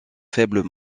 faibles